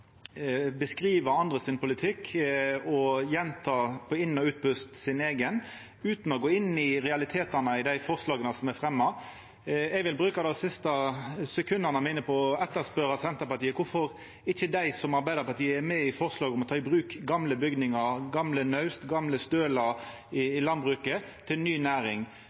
andre sin politikk og gjenta på inn- og utpust sin eigen, utan å gå inn i realitetane i dei forslaga som er fremja. Eg vil bruka dei siste sekunda mine på å spørja Senterpartiet kvifor ikkje dei, som Arbeidarpartiet, er med i forslaget om å ta i bruk gamle bygningar, gamle naust og gamle stølar i landbruket til ny næring.